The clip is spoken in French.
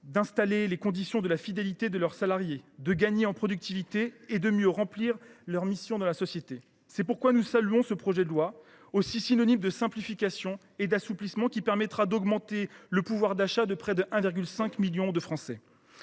entreprises de pouvoir fidéliser leurs salariés, de gagner en productivité et de mieux remplir leur mission dans la société. C’est pourquoi nous saluons le présent texte, également synonyme de simplifications et d’assouplissements, car il permettra d’augmenter le pouvoir d’achat de près de 1,5 million de Français.